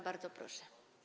Bardzo proszę.